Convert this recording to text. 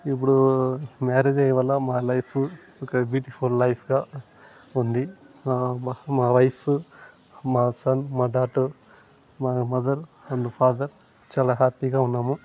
ఇప్పుడు మ్యారేజ్ అయ్యేవల్ల మా లైఫు ఇంకా బ్యూటిఫుల్ లైఫ్గా ఉంది ఆ మా వైఫ్ మా సన్ మా డాటర్ మా మదర్ అండ్ ఫాదర్ చాలా హ్యాపీగా ఉన్నాము